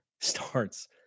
starts